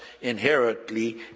inherently